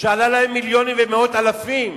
שעלה להם מיליונים ומאות אלפים,